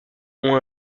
ont